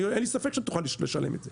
אין לי ספק שתוכל לשלם את זה.